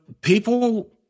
people